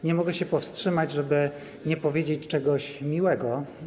Nie mogę się powstrzymać, żeby nie powiedzieć czegoś miłego.